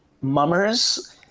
mummers